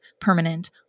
permanent